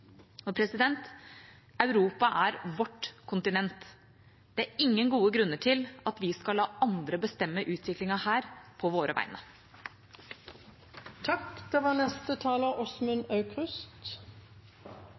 Europa er vårt kontinent. Det er ingen gode grunner til at vi skal la andre bestemme utviklingen her på våre